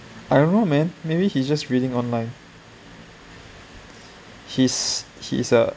I don't know man maybe he just reading online his he's a